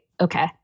Okay